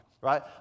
right